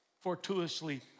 fortuitously